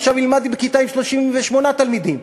עכשיו ילמד בכיתה עם 38 תלמידים,